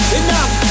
enough